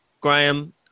Graham